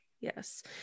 yes